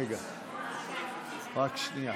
חוק זכויות נפגעי עבירה (תיקון מס' 15),